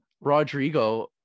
Rodrigo